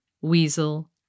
Weasel